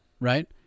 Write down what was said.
right